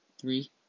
three